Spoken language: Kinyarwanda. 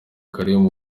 karim